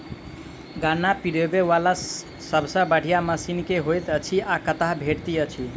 गन्ना पिरोबै वला सबसँ बढ़िया मशीन केँ होइत अछि आ कतह भेटति अछि?